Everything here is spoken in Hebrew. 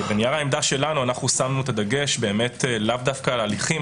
בנייר העמדה שלנו שמנו את הדגש לאו דווקא על הליכים,